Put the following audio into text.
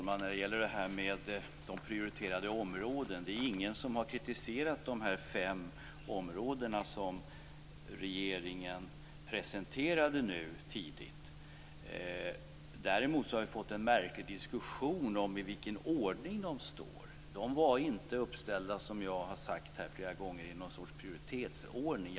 Fru talman! När det gäller de prioriterade områdena är det ingen som har kritiserat de fem områden som regeringen tidigt presenterade. Däremot har vi fått en märklig diskussion om ordningen dem emellan. Som jag har sagt här flera gånger var de inte uppställda i någon sorts prioritetsordning.